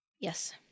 yes